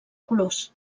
colors